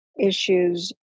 issues